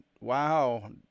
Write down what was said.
wow